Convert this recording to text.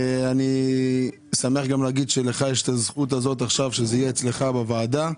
אני שמח גם להגיד שלך יש את הזכות הזאת עכשיו שזה יהיה אצלך בוועדה.